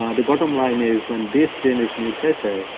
ah the bottom line is, when this gene is mutated,